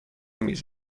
میز